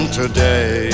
today